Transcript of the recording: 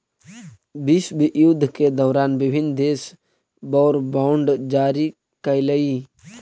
विश्वयुद्ध के दौरान विभिन्न देश वॉर बॉन्ड जारी कैलइ